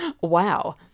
Wow